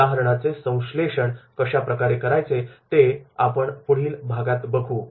उदाहरणाचे संश्लेषण कशा प्रकारे करायचे ते आपण पुढील भागात बघू